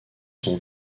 sont